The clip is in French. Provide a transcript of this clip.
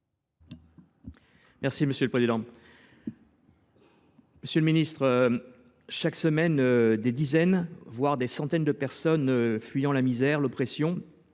M. le ministre de l’intérieur. Monsieur le ministre, chaque semaine, des dizaines, voire des centaines de personnes, fuyant la misère ou l’oppression,